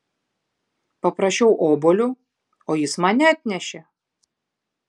paprašiau obuolio o jis man neatnešė